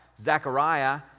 Zechariah